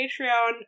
Patreon